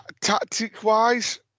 tactic-wise